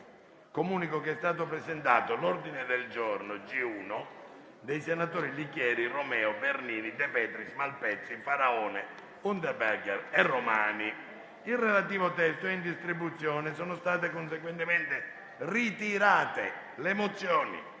Comunico che è stato presentato l'ordine del giorno G1 dei senatori Licheri, Romeo, Bernini, De Petris, Malpezzi, Faraone, Unterberger e Romani, il cui testo è in distribuzione, che si intende illustrato. Sono state conseguentemente ritirate le mozioni,